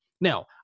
Now